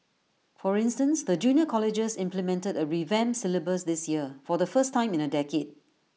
for instance the junior colleges implemented A revamped syllabus this year for the first time in A decade